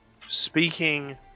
Speaking